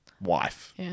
wife